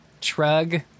Trug